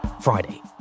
Friday